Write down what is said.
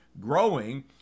growing